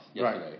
Right